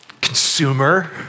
consumer